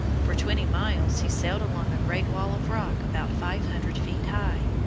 for twenty miles he sailed along a great wall of rock about five hundred feet high,